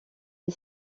des